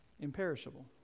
imperishable